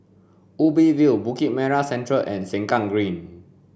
Ubi View Bukit Merah Central and Sengkang Green